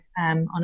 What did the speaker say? on